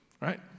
right